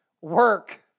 work